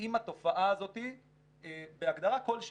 עם התופעה הזאת בהגדרה כלשהי.